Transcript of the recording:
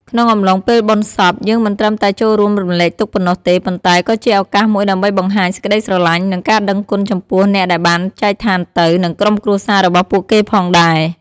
ក្នុងអំឡុងពេលបុណ្យសព យើងមិនត្រឹមតែចូលរួមរំលែកទុក្ខប៉ុណ្ណោះទេ ប៉ុន្តែក៏ជាឱកាសមួយដើម្បីបង្ហាញសេចក្តីស្រឡាញ់ និងការដឹងគុណចំពោះអ្នកដែលបានចែកឋានទៅ និងក្រុមគ្រួសាររបស់ពួកគេផងដែរ។